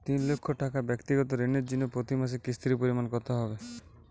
তিন লক্ষ টাকা ব্যাক্তিগত ঋণের জন্য প্রতি মাসে কিস্তির পরিমাণ কত হবে?